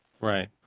Right